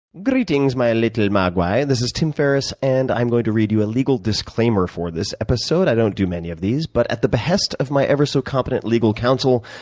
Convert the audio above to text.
greetings, my little mogwai. this is tim ferriss, and i'm going to redo a legal disclaimer for this episode. i don't do many of these, but at the behest of my ever-so-competent legal counsel,